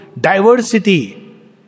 diversity